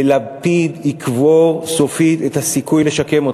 ולפיד יקבור סופית את הסיכוי לשקם אותה.